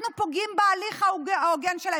אנחנו פוגעים בהליך ההוגן שלהם.